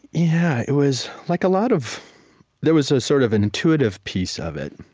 yeah, it was like a lot of there was ah sort of an intuitive piece of it,